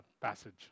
passage